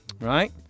Right